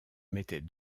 mettait